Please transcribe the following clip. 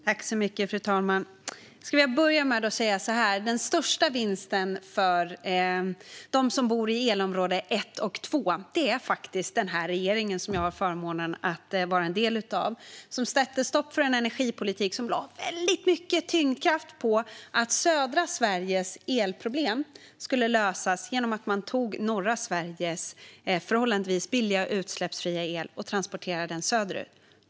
Fru talman! Jag skulle vilja börja med att säga att den största vinsten för dem som bor i elområde 1 och 2 faktiskt är den här regeringen som jag har förmånen att vara en del av, som sätter stopp för en energipolitik som lade väldigt mycket tyngdkraft på att södra Sveriges elproblem skulle lösas genom att man tog norra Sveriges förhållandevis billiga och utsläppsfria el och transporterade den söderut.